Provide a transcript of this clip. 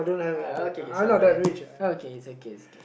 I okay K sorry about that okay it's okay it's okay